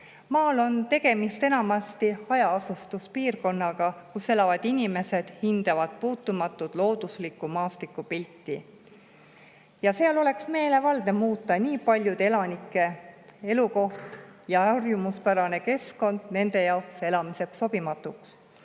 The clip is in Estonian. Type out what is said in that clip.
Maal on enamasti hajaasustuspiirkonnad, kus elavad inimesed hindavad puutumatut looduslikku maastikupilti. Seal oleks meelevaldne muuta nii paljude elanike elukoht ja harjumuspärane keskkond nende jaoks elamiseks sobimatuks.